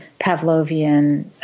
Pavlovian